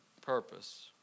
purpose